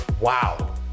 Wow